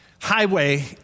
highway